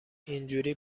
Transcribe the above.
اینجوری